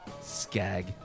Skag